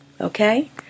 Okay